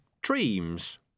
dreams